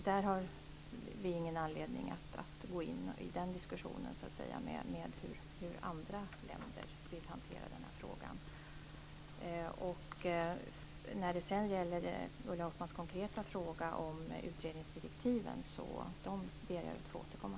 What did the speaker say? Vi har ingen anledning att gå in i en diskussion om hur andra länder vill hantera denna fråga. Till Ulla Hoffmanns konkreta fråga om utredningsdirektiven ber jag att få återkomma.